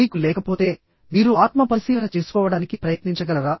మీకు లేకపోతే మీరు ఆత్మపరిశీలన చేసుకోవడానికి ప్రయత్నించగలరా